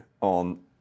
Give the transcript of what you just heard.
on